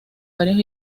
varios